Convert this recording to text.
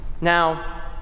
Now